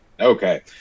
Okay